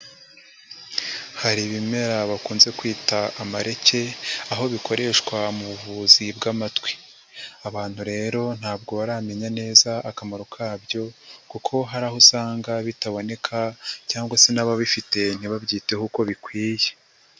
Hari ibimera bakunze kwita amareke, aho bikoreshwa mu buvuzi bw'amatwi. Abantu rero ntabwo baramenya neza akamaro kabyo kuko hari aho usanga bitaboneka cyangwa se n'ababifite ntibabyiteho uko bikwiye.